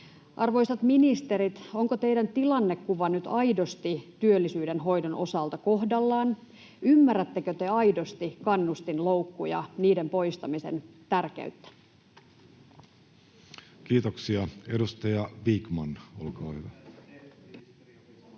Arvoisat ministerit, onko teidän tilannekuvanne nyt aidosti työllisyyden hoidon osalta kohdallaan? Ymmärrättekö te aidosti kannustinloukkujen poistamisen tärkeyttä? [Speech 66] Speaker: